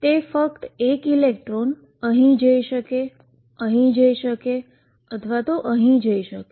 તે ફક્ત એક ઇલેક્ટ્રોન અહીં અથવા અહીં અથવા અહીં અથવા અહીં જઈ શકે છે